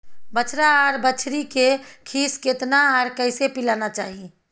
बछरा आर बछरी के खीस केतना आर कैसे पिलाना चाही?